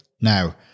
Now